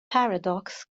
paradox